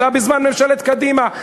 אלא בזמן ממשלת קדימה.